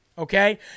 Okay